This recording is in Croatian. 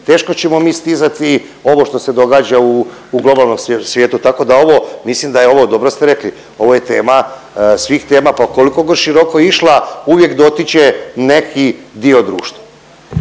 teško ćemo mi stizati ovo što se događa u globalnom svijetu, tako da ovo, mislim da je ovo, dobro ste rekli, ovo je tema svih tema, pa koliko god široko išla uvijek dotiče neki dio društva.